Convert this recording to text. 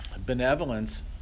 Benevolence